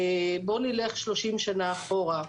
בוא נלך 30 שנה אחורה.